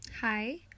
hi